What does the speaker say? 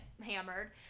hammered